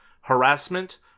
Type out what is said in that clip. harassment